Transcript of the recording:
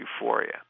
euphoria